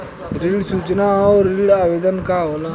ऋण सूचना और ऋण आवेदन का होला?